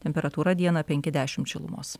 temperatūra dieną penki dešimt šilumos